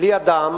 לידם